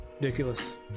Ridiculous